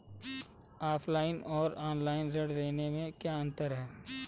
Offline और online ऋण लेने में क्या अंतर है?